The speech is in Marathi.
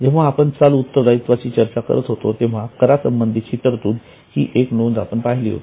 जेव्हा आपण चालू उत्तरदायित्वाची चर्चा करत होतो तेव्हा करा संबंधीची तरतूद ही एक नोंद आपण पाहिली होती